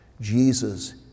Jesus